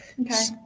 okay